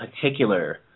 particular